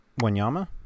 Wanyama